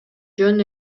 жөн